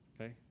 okay